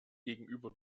gegenüber